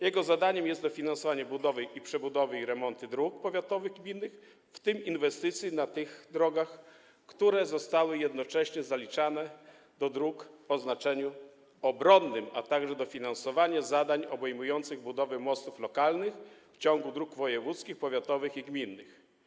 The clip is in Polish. Jego zadaniem jest dofinansowanie budowy, przebudowy lub remontu dróg powiatowych i gminnych, w tym inwestycji na tych drogach, które zostały jednocześnie zaliczone do dróg o znaczeniu obronnym, a także dofinansowanie zadań obejmujących budowę mostów lokalnych w ciągu dróg wojewódzkich, powiatowych i gminnych.